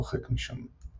הרחק משם.